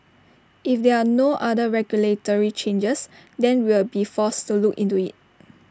if there are no other regulatory changes then we'll be forced to look into IT